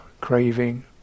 craving